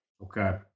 Okay